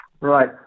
Right